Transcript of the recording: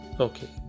Okay